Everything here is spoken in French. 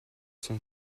son